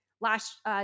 Last